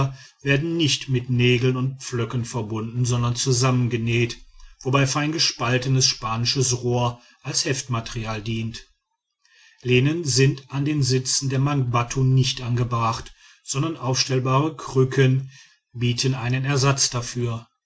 werden nicht mit nägeln und pflöcken verbunden sondern zusammengenäht wobei fein gespaltenes spanisches rohr als heftmaterial dient lehnen sind an den sitzen der mangbattu nicht angebracht gesondert aufstellbare krücken bieten einen ersatz dafür